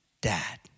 dad